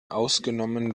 ausgenommen